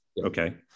Okay